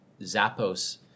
Zappos